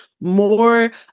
more